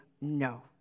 no